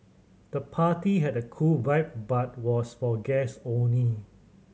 the party had a cool vibe but was for guest only